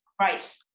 right